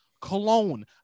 cologne